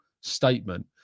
statement